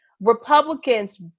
republicans